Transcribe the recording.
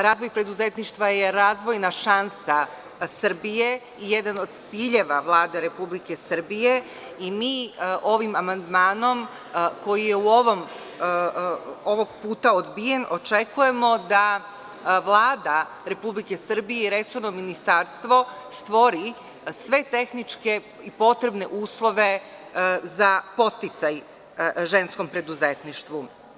Razvoj preduzetništva je razvojna šansa Srbije i jedan od ciljeva Vlade Republike Srbije i mi ovim amandmanom koji je ovog puta odbijen očekujemo da Vlada Republike Srbije resorno ministarstvo stvori sve tehničke i potrebne uslove za podsticaj ženskom preduzetništvu.